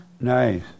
Nice